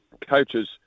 coaches